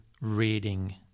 reading